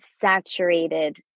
saturated